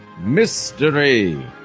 mystery